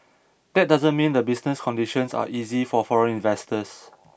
that doesn't mean the business conditions are easy for foreign investors